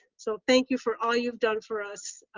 so, thank you for all you've done for us